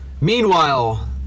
Meanwhile